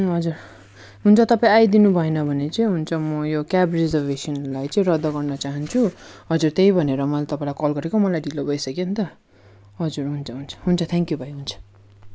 हजुर हुन्छ तपाईँ आइदिनु भएन भने चाहिँ हुन्छ म यो क्याब रिजर्भेसनलाई चाहिँ रद्द गर्न चाहन्छु हजुर त्यही भनेर मैले तपाईँलाई कल गरेको मलाई ढिलो भइसक्यो नि त हजुर हुन्छ हुन्छ हुन्छ थ्याङ्कयू भाइ हुन्छ